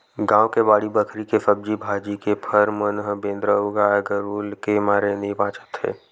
गाँव के बाड़ी बखरी के सब्जी भाजी, के फर मन ह बेंदरा अउ गाये गरूय के मारे नइ बाचत हे